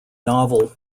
novel